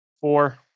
Four